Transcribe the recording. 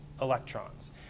electrons